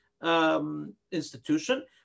Institution